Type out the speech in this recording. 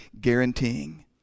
guaranteeing